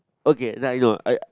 okay now I know I